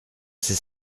sais